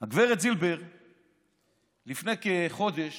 גב' זילבר לפני כחודש